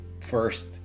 first